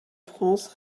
france